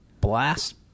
blast